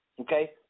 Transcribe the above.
Okay